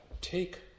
take